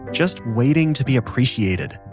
just waiting to be appreciated.